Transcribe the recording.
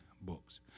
books